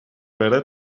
بره